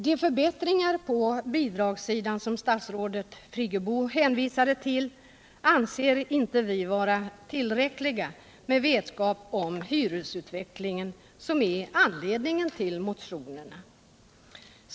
De förändringar på bidragssidan som statsrådet Friggebo hänvisade till anser vi inte vara tillräckliga med vetskap om hyresutvecklingen, som är anledningen till motionerna.